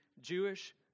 Jewish